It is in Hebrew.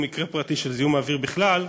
הוא מקרה פרטי של זיהום האוויר בכלל,